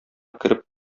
кереп